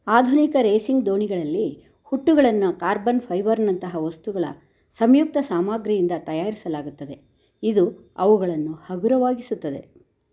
ಆಧುನಿಕ ರೇಸಿಂಗ್ ದೋಣಿಗಳಲ್ಲಿ ಹುಟ್ಟುಗಳನ್ನು ಕಾರ್ಬನ್ ಫೈಬರ್ನಂತಹ ವಸ್ತುಗಳ ಸಂಯುಕ್ತ ಸಾಮಗ್ರಿಯಿಂದ ತಯಾರಿಸಲಾಗುತ್ತದೆ ಇದು ಅವುಗಳನ್ನು ಹಗುರವಾಗಿಸುತ್ತದೆ